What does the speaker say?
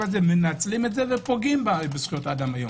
הזה מנצלים את זה ופוגעים בזכויות האדם.